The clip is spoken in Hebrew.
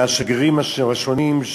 מהשגרירים השונים,